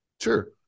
Sure